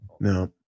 No